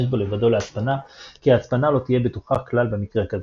בו לבדו להצפנה כי ההצפנה לא תהיה בטחה כלל במקרה כזה.